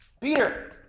Peter